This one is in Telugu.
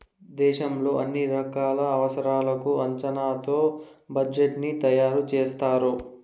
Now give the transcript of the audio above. దేశంలో అన్ని రకాల అవసరాలకు అంచనాతో బడ్జెట్ ని తయారు చేస్తారు